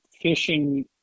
fishing